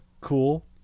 cool